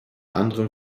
anderem